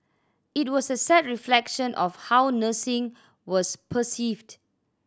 it was a sad reflection of how nursing was perceived